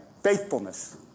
Faithfulness